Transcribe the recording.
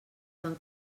van